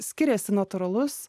skiriasi natūralus